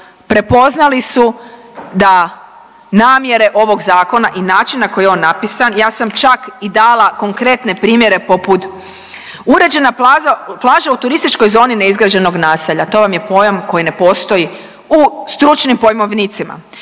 prepoznali su da namjere ovog zakona i način na koji je on napisan, ja sam čak i dala konkretne primjere poput uređena plaža u turističkoj zoni neizgrađenog naselja, to vam je pojam koji ne postoji u stručnim pojmovnicima,